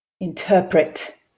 interpret